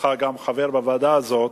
בהיותך גם חבר בוועדה הזאת,